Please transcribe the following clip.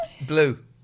Blue